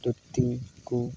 ᱫᱷᱩᱛᱤ ᱠᱚ